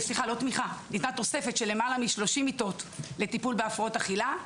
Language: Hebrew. ניתנה תוספת של יותר משלושים מיטות לטיפול בהפרעות אכילה,